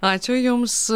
ačiū jums